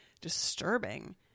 disturbing